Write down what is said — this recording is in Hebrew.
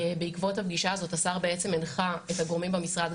בעקבות הפגישה הזאת השר בעצם הנחה את הגורמים במשרד,